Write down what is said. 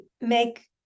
make